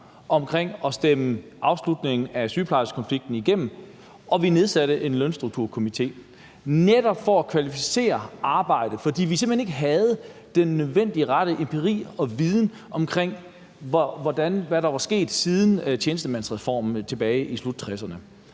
omkring det at stemme afslutningen af sygeplejerskekonflikten igennem. Og vi nedsatte en Lønstrukturkomité netop for at kvalificere arbejdet, fordi vi simpelt hen ikke havde den nødvendige og rette empiri og viden omkring, hvad der var sket siden tjenestemandsreformen tilbage i slut-1960'erne.